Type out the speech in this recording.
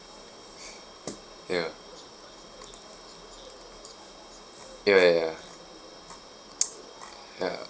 ya ya ya ya ya